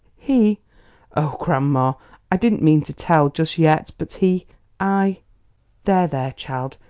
he oh, grandma i didn't mean to tell just yet but he i there, there, child!